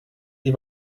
die